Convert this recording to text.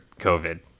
covid